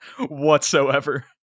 whatsoever